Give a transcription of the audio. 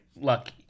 lucky